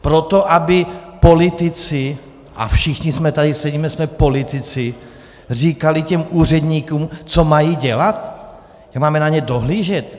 Proto, aby politici a všichni, co tady sedíme, jsme politici říkali těm úředníkům, co mají dělat, že máme na ně dohlížet?